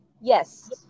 Yes